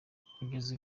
kugeza